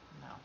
No